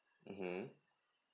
mmhmm